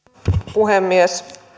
puhemies